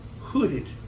hooded